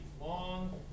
Long